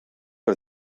are